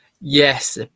Yes